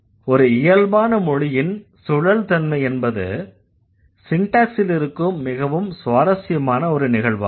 ஒரு இயல்பான மொழியின் சுழல் தன்மை என்பது சின்டேக்ஸில் இருக்கும் மிகவும் சுவாரஸ்யமான ஒரு நிகழ்வாகும்